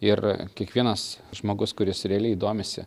ir kiekvienas žmogus kuris realiai domisi